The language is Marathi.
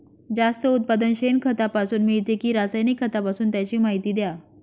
जास्त उत्पादन शेणखतापासून मिळते कि रासायनिक खतापासून? त्याची माहिती द्या